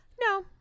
No